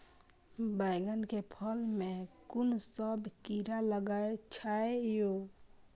बैंगन के फल में कुन सब कीरा लगै छै यो?